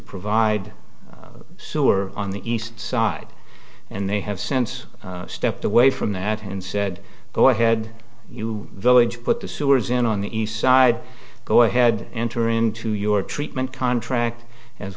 provide sewer on the east side and they have since stepped away from that and said go ahead you village put the sewers in on the east side go ahead enter into your treatment contract as